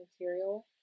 material